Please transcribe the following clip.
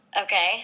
Okay